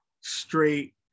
straight